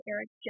Eric